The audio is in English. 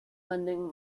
lending